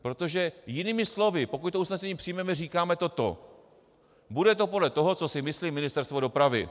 Protože jinými slovy, pokud to usnesení přijmeme, říkáme toto: Bude to podle toho, co si myslí Ministerstvo dopravy.